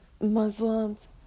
Muslims